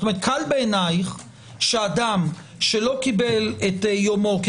קל בעיניך שאדם שלא קיבל את יומו כי